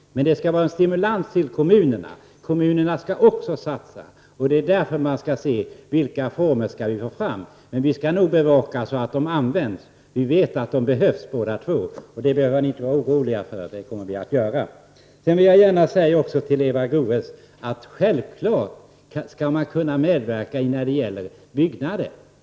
Men det skall vara en stimulans till kommunerna. Kommunerna skall också satsa. Det är därför man skall se över formerna. Vi skall nog bevaka att pengarna används, vi vet båda två att de behövs. Sedan vill jag gärna till Eva Goéös säga att självfallet skall man kunna medverka när det gäller byggnader.